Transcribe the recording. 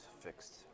fixed